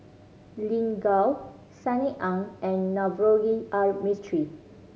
Lin Gao Sunny Ang and Navroji R Mistri